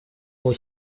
его